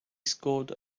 scored